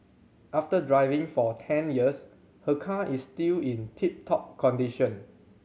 after driving for ten years her car is still in tip top condition